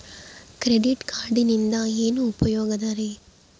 Credit ಕಾರ್ಡಿನಿಂದ ಏನು ಉಪಯೋಗದರಿ?